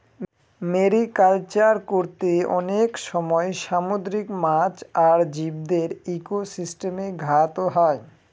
mariculture করতে অনেক সময় সামুদ্রিক মাছ আর জীবদের ইকোসিস্টেমে ঘাত হয়